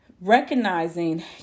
recognizing